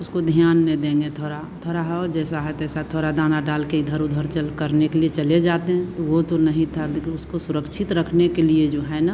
उसको ध्यान न देंगे थोड़ा थोड़ा और जैसा है तैसा थोड़ा दाना डाल के इधर उधर जल करने के लिए चले जाते हैं वो तो नहीं था लेकिन उसको सुरक्षित रखने के लिए जो है न